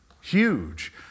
Huge